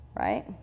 right